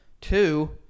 Two